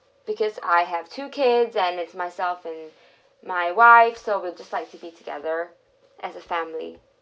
because I have two kids and as myself and my wife so we decide to be together as a family